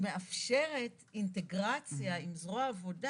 היא מאפשרת אינטגרציה עם זרוע העבודה